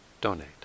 donate